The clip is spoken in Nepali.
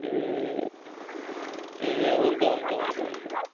ए ए हुन्छ हुन्छ हुन्छ हुन्छ